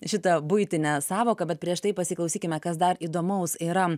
šitą buitinę sąvoką bet prieš tai pasiklausykime kas dar įdomaus yra